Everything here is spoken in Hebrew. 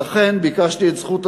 לכן ביקשתי את זכות הדיבור,